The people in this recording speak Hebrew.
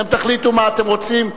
אתם תחליטו מה אתם רוצים.